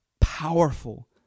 powerful